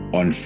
on